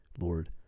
Lord